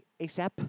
ASAP